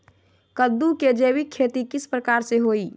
कददु के जैविक खेती किस प्रकार से होई?